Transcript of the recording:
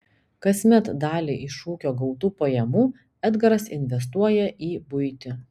kasmet dalį iš ūkio gautų pajamų edgaras investuoja į buitį